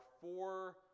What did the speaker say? four